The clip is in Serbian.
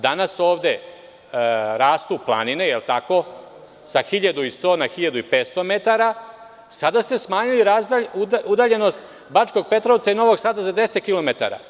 Danas ovde rastu planine, jel tako, sa 1.100 na 1.500 metara, a sada ste smanjili udaljenost Bačkog Petrovca i Novog Sada za 10 km.